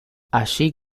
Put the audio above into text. allí